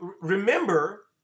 remember